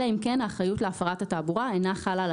אלא אם כן האחריות להפרת התעבורה אינה חלה על